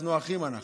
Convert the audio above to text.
אחים אנחנו,